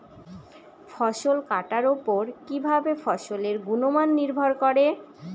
ফসল কাটার উপর কিভাবে ফসলের গুণমান নির্ভর করে?